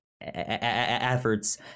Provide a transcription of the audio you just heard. efforts